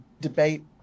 debate